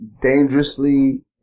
dangerously